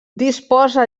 disposa